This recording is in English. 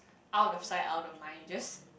out of side out of mind you just